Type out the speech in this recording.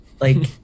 Like-